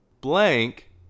blank